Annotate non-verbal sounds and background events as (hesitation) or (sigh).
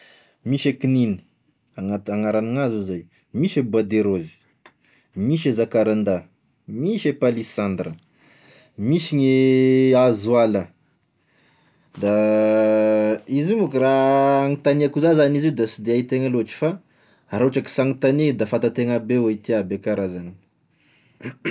Misy e kigniny, agnaragn'hazo zay, misy e bois de rose, misy e zakarandà; misy e palissandre, misy gny e (hesitation) hazo ala, da (hesitation) izy moa koa raha anotania akoa za zany izy io da sy de haintena avao fa raha ohatra ka s'anontania da fantatena aby avao hoe ty aby e karazany. (noise)